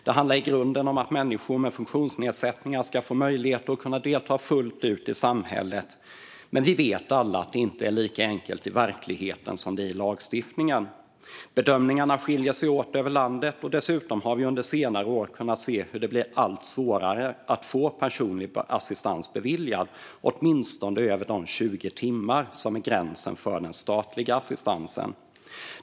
Det handlar i grunden om att människor med funktionsnedsättningar ska få möjlighet att delta fullt ut i samhället, men vi vet alla att det inte är lika enkelt i verkligheten som i lagstiftningen. Bedömningarna skiljer sig åt över landet, och dessutom har vi under senare år kunnat se hur det blir allt svårare att få personlig assistans beviljad, åtminstone över de 20 timmar som är gränsen för den statliga assistansen.